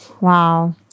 Wow